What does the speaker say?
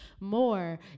more